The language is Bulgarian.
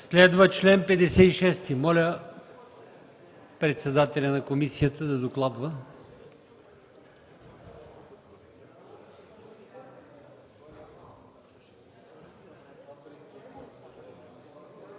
Следва чл. 56. Моля председателя на комисията да докладва.